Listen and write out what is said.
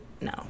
no